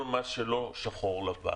כל מה שלא שחור-לבן,